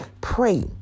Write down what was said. pray